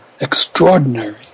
extraordinary